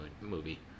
movie